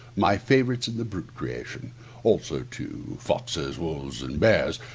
my favourites in the brute creation also to foxes, wolves, and bears,